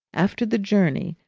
after the journey,